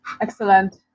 Excellent